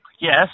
Yes